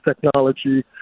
technology